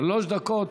שלוש דקות.